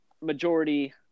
majority